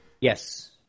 Yes